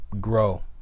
Grow